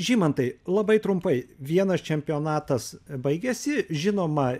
žymantai labai trumpai vienas čempionatas baigėsi žinoma